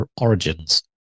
Origins